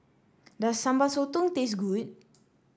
does Sambal Sotong taste good